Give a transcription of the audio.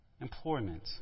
employment